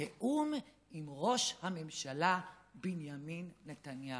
בתיאום עם ראש הממשלה בנימין נתניהו.